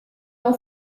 não